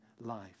life